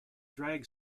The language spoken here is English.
drag